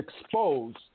exposed